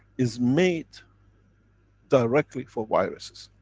is made directly for viruses.